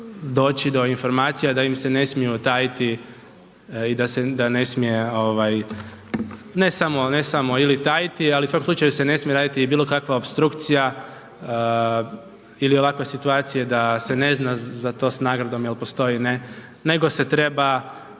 doći do informacija da im se ne smiju tajiti i da ne smije ovaj, ne samo, ne samo ili tajiti, ali u svakom slučaju se ne smije raditi i bilo kakva opstrukcija ili ovakva situacija da se ne zna za to s nagradom jel postoji, ne, nego se treba